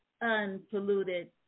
unpolluted